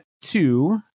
two